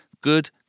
good